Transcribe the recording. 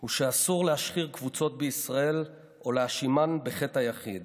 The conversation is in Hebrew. הוא שאסור להשחיר קבוצות בישראל או להאשימן בחטא היחיד.